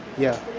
yeah,